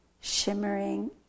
shimmering